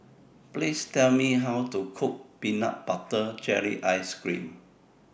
Please Tell Me How to Cook Peanut Butter Jelly Ice Cream